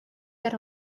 get